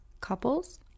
couples